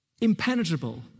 Impenetrable